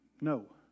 no